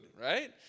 right